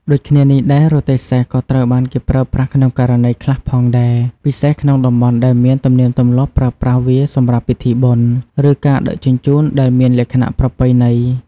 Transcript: ដូចគ្នានេះដែរ រទេះសេះ ក៏ត្រូវបានគេប្រើប្រាស់ក្នុងករណីខ្លះផងដែរ ពិសេសក្នុងតំបន់ដែលមានទំនៀមទម្លាប់ប្រើប្រាស់វាសម្រាប់ពិធីបុណ្យ ឬការដឹកជញ្ជូនដែលមានលក្ខណៈប្រពៃណី។